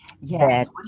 Yes